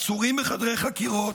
עצורים בחדרי חקירות,